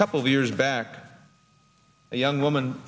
a couple of years back a young woman